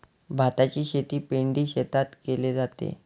भाताची शेती पैडी शेतात केले जाते